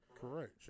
Correct